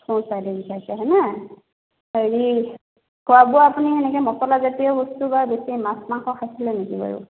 সোঁ চাইডে বিষাইছে হয়নে হেৰি খোৱা বোৱা আপুনি সেনেকে মছলাজাতীয় বস্তু বা বেছি মাছ মাংস খাইছিলে নেকি বাৰু